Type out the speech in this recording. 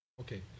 Okay